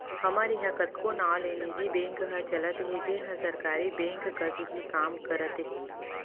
हमर इहॉं कतको नांव ले निजी बेंक ह चलत हे जेन हर सरकारी बेंक कस ही काम करत हे